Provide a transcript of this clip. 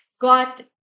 got